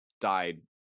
died